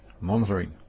monitoring